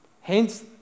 Hence